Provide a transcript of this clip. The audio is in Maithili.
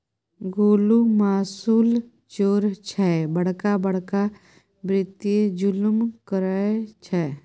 गोलु मासुल चोर छै बड़का बड़का वित्तीय जुलुम करय छै